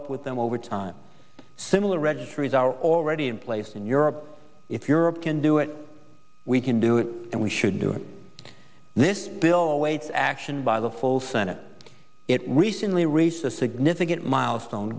up with them over time similar registries are already in place in europe if europe can do it we can do it and we should do it this bill waits action by the full senate it recently reached a significant milestone